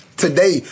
Today